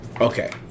okay